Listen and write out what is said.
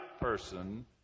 person